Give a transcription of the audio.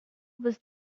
was